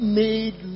made